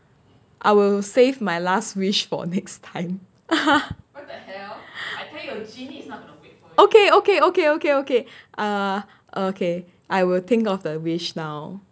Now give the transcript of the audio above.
I will save my last wish for next time okay okay okay okay okay uh okay I will think of the wish now